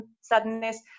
sadness